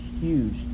huge